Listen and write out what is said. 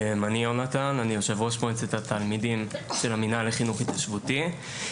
אני יו"ר מועצת התלמידים של המינהל לחינוך התיישבותי.